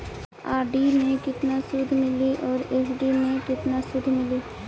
RD मे केतना सूद मिली आउर एफ.डी मे केतना सूद मिली?